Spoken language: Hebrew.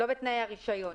לא בתנאי הרישיון.